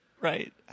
right